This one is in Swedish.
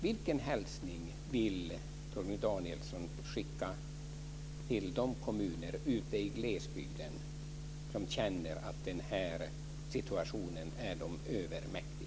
Vilken hälsning vill Torgny Danielsson skicka till de kommuner ute i glesbygden som känner att situationen är dem övermäktig?